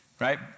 right